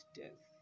death